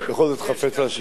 בכל זאת חפץ להשיב.